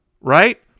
Right